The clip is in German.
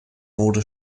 wurde